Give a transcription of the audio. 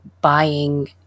buying